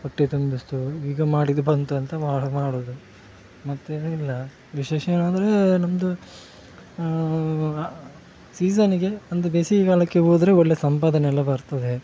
ಹೊಟ್ಟೆ ತುಂಬಿಸಿತು ಈಗ ಮಾಡಿದ್ದು ಬಂತು ಅಂತ ಮಾಡೋದು ಮಾಡೋದು ಮತ್ತೇನಿಲ್ಲ ವಿಶೇಷ ಏನೆಂದರೆ ನಮ್ಮದು ಸೀಸನಿಗೆ ಒಂದು ಬೇಸಿಗೆಗಾಲಕ್ಕೆ ಹೋದರೆ ಒಳ್ಳೆ ಸಂಪಾದನೆ ಎಲ್ಲ ಬರ್ತದೆ